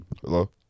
Hello